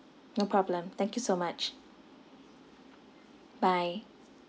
no problem thank you so much bye